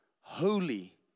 holy